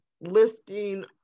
listing